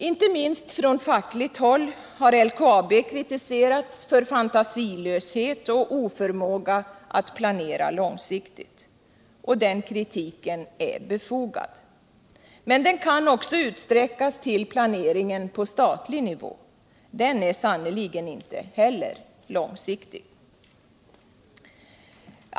Inte minst från fackligt håll har LKAB kritiserats för fantasilöshet och oförmåga att planera långsiktigt. Och den kritiken är befogad. Men den kan också utsträckas till planeringen på statlig nivå. Den är sannerligen inte heller långsiktig.